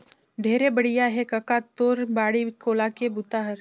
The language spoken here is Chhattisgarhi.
ढेरे बड़िया हे कका तोर बाड़ी कोला के बूता हर